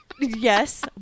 Yes